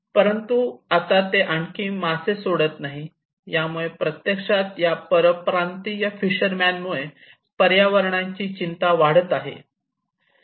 परंतु आता ते आणखी मासे सोडत नाहीत यामुळे प्रत्यक्षात या परप्रांतीय फिशर मेन मुळे पर्यावरणाची चिंता वाढत आहे